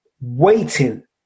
waiting